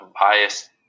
biased